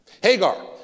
Hagar